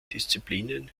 disziplinen